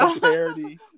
parody